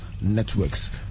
networks